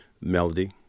Melody